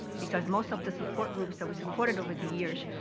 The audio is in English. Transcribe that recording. because most of the support groups that we supported over the years,